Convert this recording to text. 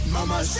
Mama